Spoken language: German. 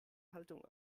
haltung